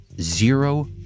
zero